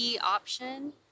option